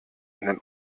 einen